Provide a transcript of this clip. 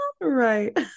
Right